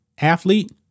athlete